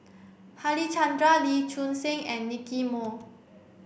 Harichandra Lee Choon Seng and Nicky Moey